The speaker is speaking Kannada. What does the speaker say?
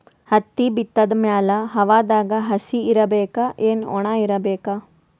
ಹತ್ತಿ ಬಿತ್ತದ ಮ್ಯಾಲ ಹವಾದಾಗ ಹಸಿ ಇರಬೇಕಾ, ಏನ್ ಒಣಇರಬೇಕ?